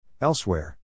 Elsewhere